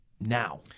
now